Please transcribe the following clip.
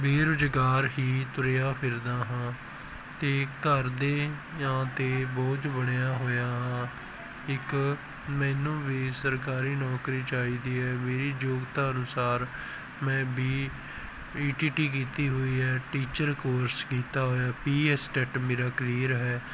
ਬੇਰੁਜ਼ਗਾਰ ਹੀ ਤੁਰਿਆ ਫਿਰਦਾ ਹਾਂ ਅਤੇ ਘਰਦਿਆਂ 'ਤੇ ਬੋਝ ਬਣਿਆ ਹੋਇਆ ਹਾਂ ਇੱਕ ਮੈਨੂੰ ਵੀ ਸਰਕਾਰੀ ਨੌਕਰੀ ਚਾਹੀਦੀ ਹੈ ਮੇਰੀ ਯੋਗਤਾ ਅਨੁਸਾਰ ਮੈਂ ਵੀ ਈ ਟੀ ਟੀ ਕੀਤੀ ਹੋਈ ਹੈ ਟੀਚਰ ਕੋਰਸ ਕੀਤਾ ਹੋਇਆ ਪੀ ਐਸ ਟੈਟ ਮੇਰਾ ਕਲੀਅਰ ਹੈ